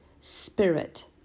spirit